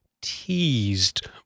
teased